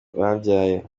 babyaye